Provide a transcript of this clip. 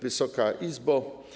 Wysoka Izbo!